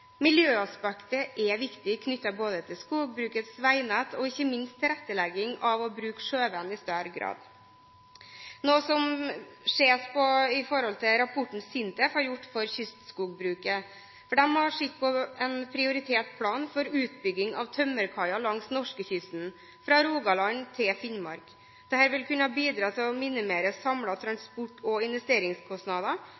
er viktig knyttet til skogbrukets veinett og ikke minst tilrettelegging av å bruke sjøveien i større grad, noe som ses på i rapporten, som SINTEF har gjort for kystskogbruket. De har sett på en prioritert plan for utbygging av tømmerkaier langs norskekysten, fra Rogaland til Finnmark. Dette vil kunne bidra til å minimere